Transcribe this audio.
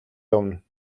явна